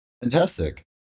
Fantastic